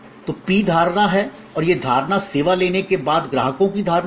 तो पी धारणा है और यह धारणा सेवा लेने के बाद ग्राहकों की धारणा है